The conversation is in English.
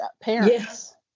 parents